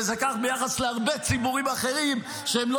וזה כך ביחס להרבה ציבוריים אחרים שהם לא